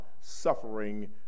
suffering